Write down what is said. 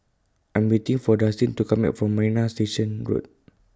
I'm waiting For Dustin to Come Back from Marina Station Road